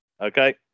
Okay